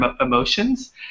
emotions